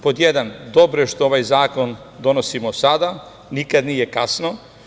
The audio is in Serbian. Pod jedan, dobro je što ovaj zakon donosimo sada, nikada nije kasno.